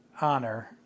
honor